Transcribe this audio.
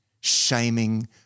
shaming